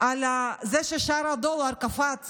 על זה ששער הדולר קפץ